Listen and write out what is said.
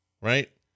Right